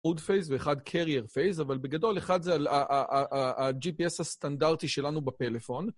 code phase ואחד carrier phase, אבל בגדול אחד זה ה-GPS הסטנדרטי שלנו בפלאפון.